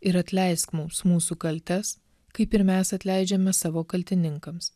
ir atleisk mums mūsų kaltes kaip ir mes atleidžiame savo kaltininkams